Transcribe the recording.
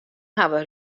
hawwe